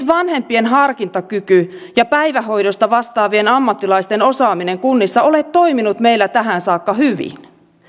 vanhempien harkintakyky ja päivähoidosta vastaavien ammattilaisten osaaminen kunnissa ole toiminut meillä tähän saakka hyvin